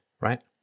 right